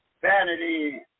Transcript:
vanity